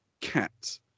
cat